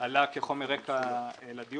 עלה לאתר כחומר רקע לדיון.